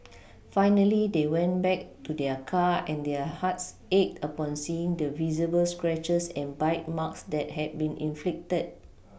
finally they went back to their car and their hearts ached upon seeing the visible scratches and bite marks that had been inflicted